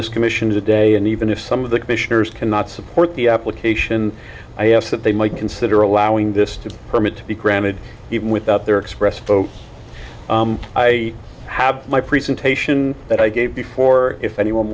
this commission today and even if some of the commissioners cannot support the application i asked that they might consider allowing this to permit to be granted even without their express focus i have my presentation that i gave before if anyone